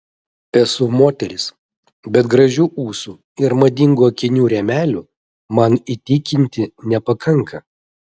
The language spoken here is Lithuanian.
esu moteris bet gražių ūsų ir madingų akinių rėmelių man įtikinti nepakanka